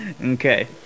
Okay